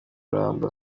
ruramba